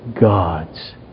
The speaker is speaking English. God's